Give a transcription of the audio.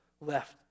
left